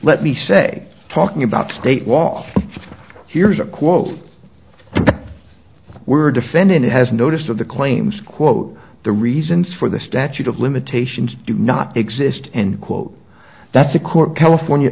let me say talking about state law here's a quote we're defending it has noticed of the claims quote the reasons for the statute of limitations do not exist in quote that's a court california